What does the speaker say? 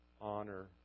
honor